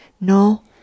No